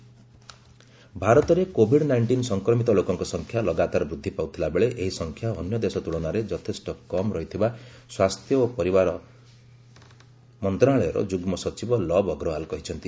Covid nineteen SDRF ଭାରତରେ COVID nineteen ସଂକ୍ରମିତ ଲୋକଙ୍କ ସଂଖ୍ୟା ଲଗାତାର ବୃଦ୍ଧି ପାଉଥିଲା ବେଳେ ଏହି ସଂଖ୍ୟା ଅନ୍ୟ ଦେଶ ତୁଳନାରେ ଯଥେଷ୍ଟ କମ ରହିଥିବା ସ୍ୱାସ୍ଥ୍ୟ ଓ ପରିବାର ମନ୍ତ୍ରଣାଳୟର ଯୁଗ୍ମ ସଚିବ ଲବ୍ ଅଗ୍ରୱାଲ କହିଛନ୍ତି